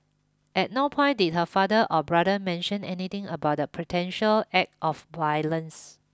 at no point did her father or brother mention anything about the potential act of violence